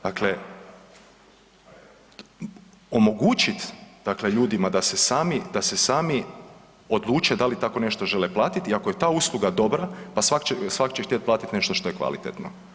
Dakle, omogućit dakle ljudima da se sami, da se sami odluče da li tako nešto žele platiti i ako je ta usluga dobra, pa svak će, svak će htjet platit nešto što je kvalitetno.